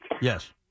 Yes